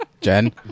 jen